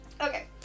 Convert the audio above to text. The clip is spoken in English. Okay